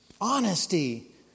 honesty